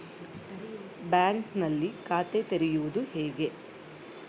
ಬ್ಯಾಂಕಿನಲ್ಲಿ ಖಾತೆ ತೆರೆಯುವುದು ಹೇಗೆ?